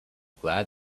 glad